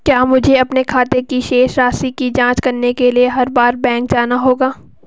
क्या मुझे अपने खाते की शेष राशि की जांच करने के लिए हर बार बैंक जाना होगा?